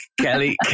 Kelly